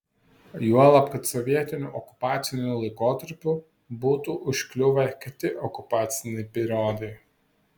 juolab kad sovietiniu okupaciniu laikotarpiu būtų užkliuvę kiti okupaciniai periodai